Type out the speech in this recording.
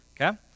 okay